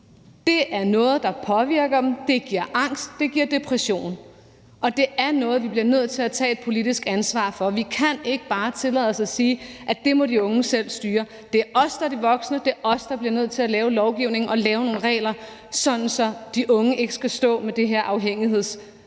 Det er noget, der påvirker dem, det giver angst, det giver depression, og det er noget, vi bliver nødt til at tage et politisk ansvar for. Vi kan ikke bare tillade os at sige, at de unge selv må styre det. Det er os, der er de voksne, det er os, der bliver nødt til at lave lovgivningen og lave nogle regler, sådan at de unge ikke skal stå med det her afhængighedsproblem